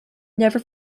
never